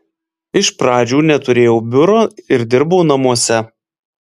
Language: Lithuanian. iš pradžių neturėjau biuro ir dirbau namuose